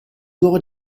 loro